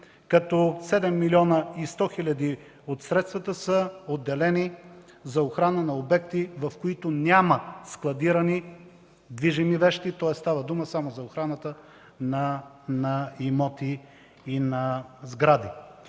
като 7 млн. 100 хил. от средствата са отделени за охрана на обекти, в които няма складирани движими вещи. Тоест става дума само за охраната на имоти и на сгради.